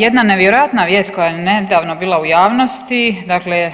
Jedna nevjerojatna vijest koja je nedavno bila u javnosti, dakle